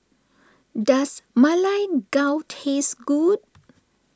does Ma Lai Gao taste good